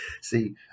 See